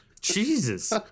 Jesus